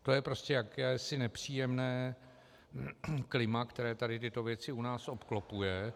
To je prostě jakési nepříjemné klima, které tady tyto věci u nás obklopuje.